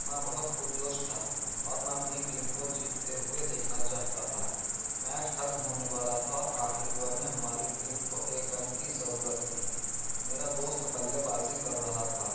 میں بہت پرجوش تھا اور میں اپنی ٹیم کو جیتتے ہوئے دیکھنا چاہتا تھا میچ ختم ہونے والا تھا اور آخری اوور میں ہماری ٹیم کو ایک رن کی ضرورت تھی میرا دوست بلے بازی کر رہا تھا